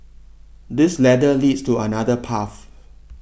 this ladder leads to another path